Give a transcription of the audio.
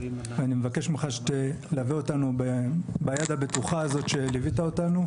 אני מבקש ממך שתלווה אותנו ביד הבטוחה הזאת שליווית אותנו,